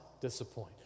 disappoint